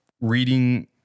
reading